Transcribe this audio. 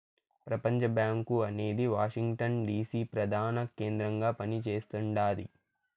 ప్రపంచబ్యాంకు అనేది Washington DC ప్రదాన కేంద్రంగా పని చేస్తుండాది